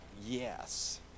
Yes